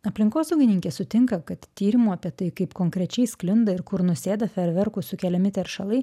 aplinkosaugininkė sutinka kad tyrimo apie tai kaip konkrečiai sklinda ir kur nusėda feerverkų sukeliami teršalai